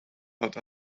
not